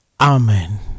Amen